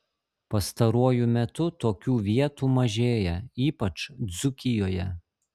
pastaruoju metu tokių vietų mažėja ypač dzūkijoje